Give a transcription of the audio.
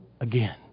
again